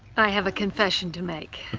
i have a confession to make.